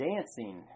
Dancing